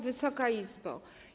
Wysoka Izbo!